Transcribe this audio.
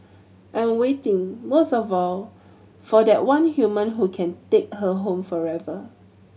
and waiting most of all for that one human who can take her home forever